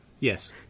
Yes